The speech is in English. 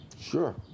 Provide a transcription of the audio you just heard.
Sure